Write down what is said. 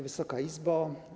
Wysoka Izbo!